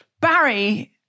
Barry